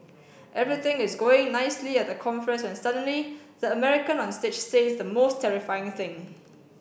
everything is going nicely at the conference when suddenly the American on stage says the most terrifying thing